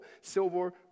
silver